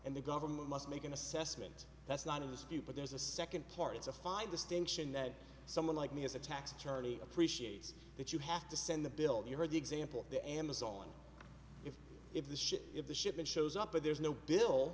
and the government must make an assessment that's not of this view but there's a second part it's a fine distinction that someone like me as a tax attorney appreciates that you have to send the bill you heard the example the amazon if the ship if the shipment shows up but there's no bill